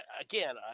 again